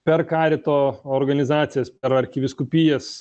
per karito organizacijas per arkivyskupijas